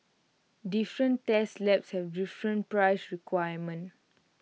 different test labs have different price requirements